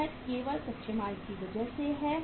यह केवल कच्चे माल की वजह से है